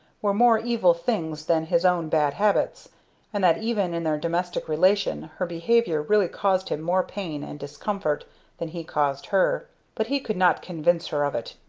were more evil things than his own bad habits and that even in their domestic relation her behavior really caused him more pain and discomfort than he caused her but he could not convince her of it,